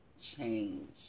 change